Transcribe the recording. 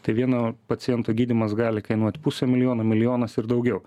tai vieno paciento gydymas gali kainuot pusę milijono milijonas ir daugiau